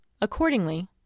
Accordingly